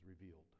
revealed